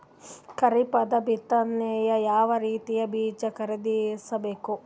ಖರೀಪದ ಬಿತ್ತನೆಗೆ ಯಾವ್ ರೀತಿಯ ಬೀಜ ಖರೀದಿಸ ಬೇಕು?